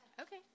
Okay